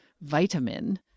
vitamin